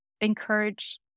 encourage